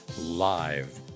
live